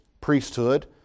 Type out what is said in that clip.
priesthood